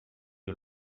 you